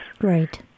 Right